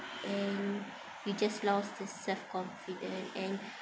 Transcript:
and you just lost the self confidence and